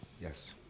Yes